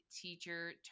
teacher